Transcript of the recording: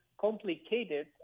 complicated